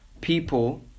people